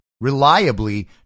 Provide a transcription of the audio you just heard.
reliably